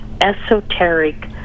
esoteric